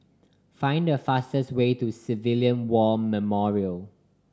find the fastest way to Civilian War Memorial